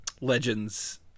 Legends